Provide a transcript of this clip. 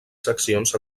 seccions